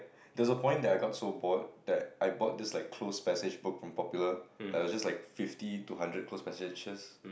there's a point that I got so bored that I bought this like close passage book from Popular that has just like fifty to hundred close passages